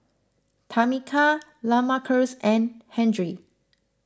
Tamika Lamarcus and Henry